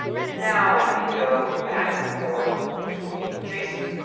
and now i can go back and forth between json.